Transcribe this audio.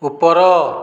ଉପର